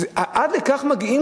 עד לכך מגיעים,